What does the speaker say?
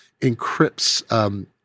encrypts